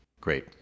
Great